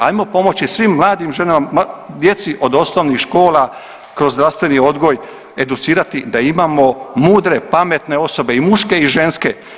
Hajmo pomoći svim mladim ženama, djeci od osnovnih škola kroz zdravstveni odgoj educirati da imamo mudre, pametne osobe i muške i ženske.